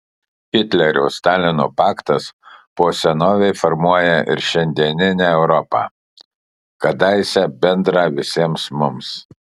hitlerio stalino paktas po senovei formuoja ir šiandieninę europą kadaise bendrą visiems mums